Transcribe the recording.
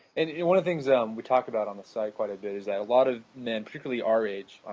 and one of things um we talked about on the site quite a bit is that a lot of men, particularly our age,